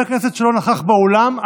חבר כנסת שלא נכח באולם,